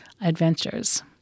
adventures